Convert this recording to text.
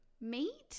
meat